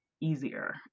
easier